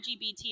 lgbt